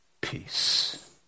peace